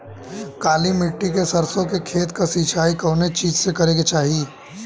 काली मिट्टी के सरसों के खेत क सिंचाई कवने चीज़से करेके चाही?